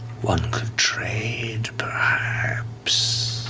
one could trade, perhaps.